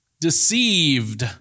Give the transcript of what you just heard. deceived